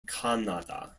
kannada